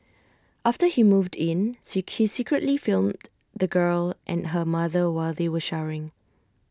after he moved in secretly filmed the girl and her mother while they were showering